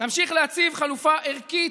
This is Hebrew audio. נמשיך להציב חלופה ערכית,